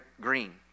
green